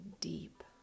deep